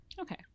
Okay